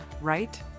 right